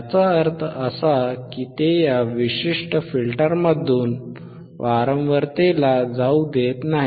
याचा अर्थ असा की ते या विशिष्ट फिल्टरमधून वारंवारतेला जाऊ देत नाही